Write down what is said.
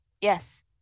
Yes